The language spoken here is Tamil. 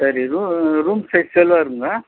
சரி ரூ ரூம் சைஸ் எவ்வளோ வருங்க